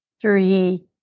three